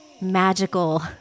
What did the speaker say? magical